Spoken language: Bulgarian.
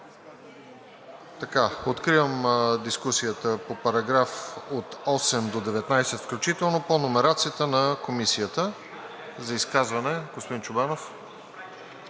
Откривам дискусията по параграфи 8 – 19 включително по номерацията на Комисията. За изказване – господин Чобанов.